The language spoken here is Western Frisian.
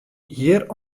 hjir